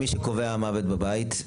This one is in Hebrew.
ומי שקובע מוות בבית?